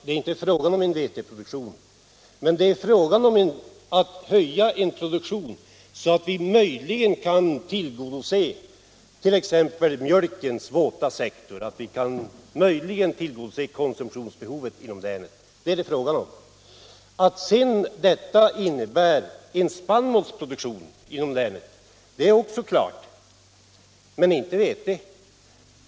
Det är inte fråga om en veteproduktion, men det är fråga om att höja en produktion så att vi möjligen kan tillgodose komjölksbehovet inom länet. Det är vad det är frågan om. Att sedan detta innebär en spannmålsproduktion inom länet är också klart, men inte produktion av vete.